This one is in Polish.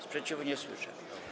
Sprzeciwu nie słyszę.